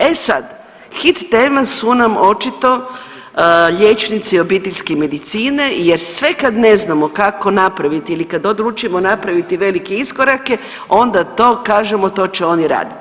E sad, hit tema su nam očito liječnici obiteljske medicine jer sve kad ne znamo kako napraviti ili kad odlučimo napraviti velike iskorake onda to kažemo to će oni raditi.